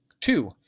Two